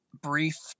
brief